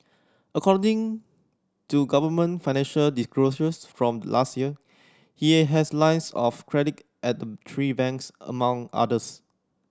according to government financial disclosures from last year he has lines of credit at the three banks among others